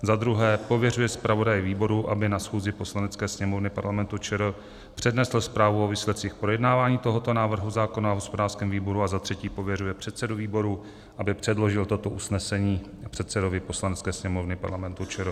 Za druhé pověřuje zpravodaje výboru, aby na schůzi Poslanecké sněmovny Parlamentu ČR přednesl zprávu o výsledcích projednávání tohoto návrhu zákona v hospodářském výboru, a za třetí pověřuje předsedu výboru, aby předložil toto usnesení předsedovi Poslanecké sněmovny PČR.